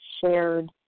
shared